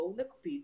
בואו נקפיד,